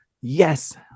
yes